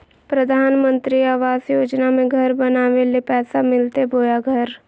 प्रधानमंत्री आवास योजना में घर बनावे ले पैसा मिलते बोया घर?